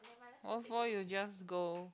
what for you just go